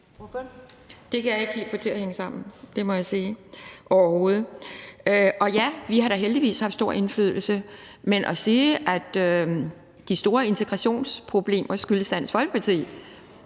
Det kan jeg ikke helt få til at hænge sammen overhovedet; det må jeg sige. Og ja, vi har da heldigvis haft stor indflydelse, men at sige, at de store integrationsproblemer skyldes Dansk Folkeparti,